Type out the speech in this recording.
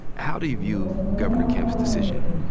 how do you view governor kemp's decision?